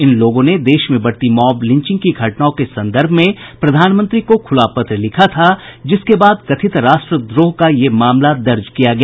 इन लोगों ने देश में बढ़ती मॉब लिंचिंग की घटनाओं के संदर्भ में प्रधानमंत्री को खुला पत्र लिखा था जिसके बाद कथित राष्ट्रद्रोह का ये मामला दर्ज किया गया